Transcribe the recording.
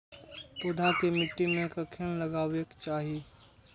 पौधा के मिट्टी में कखेन लगबाके चाहि?